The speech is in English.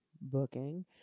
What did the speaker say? Booking